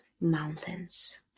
mountains